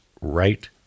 right